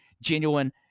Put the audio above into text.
genuine